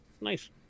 nice